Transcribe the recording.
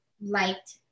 liked